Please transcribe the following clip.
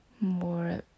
more